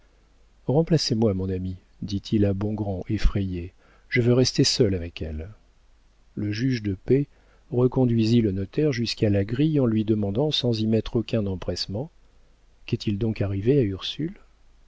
remplacez moi mon ami dit-il à bongrand effrayé je veux rester seul avec elle le juge de paix reconduisit le notaire jusqu'à la grille en lui demandant sans y mettre aucun empressement qu'est-il donc arrivé à ursule